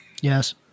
Yes